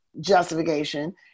justification